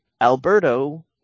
Alberto